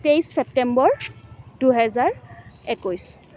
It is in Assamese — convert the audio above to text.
তেইছ ছেপ্তেম্বৰ দুহেজাৰ একৈছ